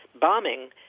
bombing